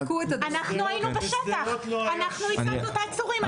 אנחנו היינו בשטח, אנחנו ייצגנו את העצורים.